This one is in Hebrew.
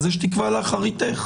אז יש תקווה לאחריתך.